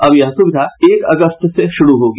अब यह सुविधा एक अगस्त से शुरू होगी